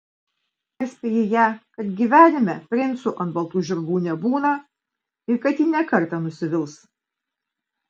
perspėji ją kad gyvenime princų ant baltų žirgų nebūna ir kad ji ne kartą nusivils